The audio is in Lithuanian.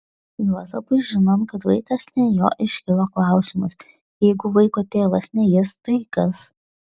juozapui žinant kad vaikas ne jo iškilo klausimas jeigu vaiko tėvas ne jis tai kas